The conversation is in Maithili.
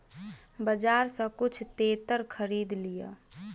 बजार सॅ किछ तेतैर खरीद लिअ